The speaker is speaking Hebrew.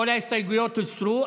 כל ההסתייגויות הוסרו.